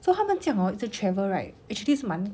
so 他们这样 hor 一直 travel right actually 是蛮